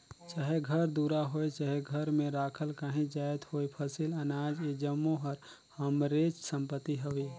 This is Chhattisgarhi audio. चाहे घर दुरा होए चहे घर में राखल काहीं जाएत होए फसिल, अनाज ए जम्मो हर हमरेच संपत्ति हवे